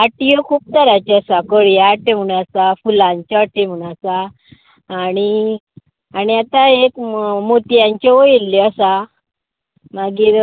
आटयो खूब तरांच्यो आसात कळयां आटी म्हणू आसा फुलांची आटी म्हणू आसा आनी आनी आता हे मोत्यांचोय येयल्ल्यो आसा मागीर